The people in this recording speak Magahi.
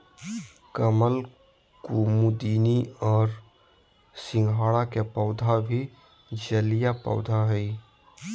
कमल, कुमुदिनी और सिंघाड़ा के पौधा भी जलीय पौधा हइ